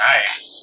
Nice